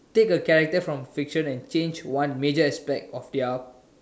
take a character from fiction and change one major aspect of their